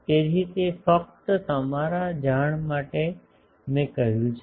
તેથી તે ફક્ત તમારા જાણ માટે મેં કહ્યું છે